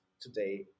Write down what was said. today